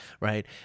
right